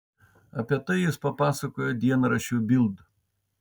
apie tai jis papasakojo dienraščiui bild